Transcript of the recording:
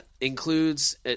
Includes